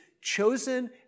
chosen